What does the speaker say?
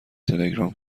تلگرام